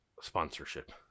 sponsorship